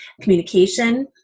communication